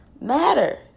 matter